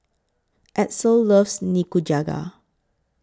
Edsel loves Nikujaga